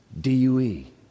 D-U-E